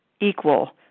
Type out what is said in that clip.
equal